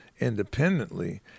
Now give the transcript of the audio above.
independently